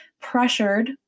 pressured